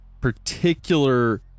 particular